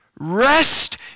Rest